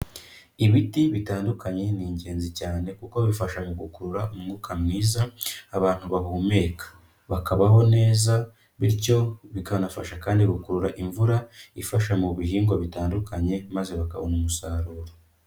Ibiti bitandukanye ni ingenzi cyane kuko bifasha mu gukurura umwuka mwiza abantu bahumeka, bakabaho neza, bityo bikanafasha kandi gukurura imvura ifasha mu bihingwa bitandukanye maze bakabona umusaruro.